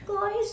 guys